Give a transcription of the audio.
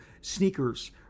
sneakers